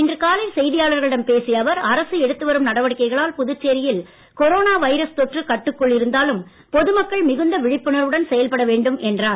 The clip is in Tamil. இன்று காலை செய்தியாளர்களிடம் பேசிய அவர் அரசு எடுத்து வரும் நடவடிக்கைகளால் புதுச்சேரியில் கொரோனா வைரஸ் தொற்று கட்டுக்குள் இருந்தாலும் பொதுமக்கள் மிகுந்த விழிப்புணர்வுடன் செயல்பட வேண்டும் என்றார்